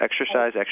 exercise